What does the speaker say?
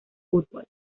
fútbol